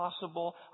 possible